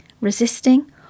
Resisting